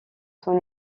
son